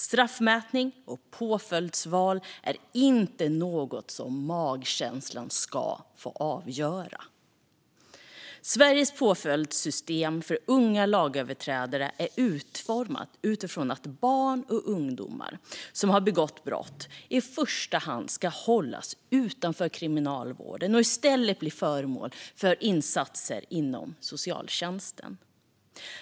Straffmätning och påföljdsval är inte något som magkänslan ska få avgöra. Sveriges påföljdssystem för unga lagöverträdare är utformat utifrån att barn och ungdomar som har begått brott i första hand ska hållas utanför kriminalvården och i stället bli föremål för insatser inom socialtjänsten.